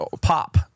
pop